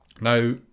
Now